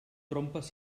trompes